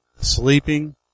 sleeping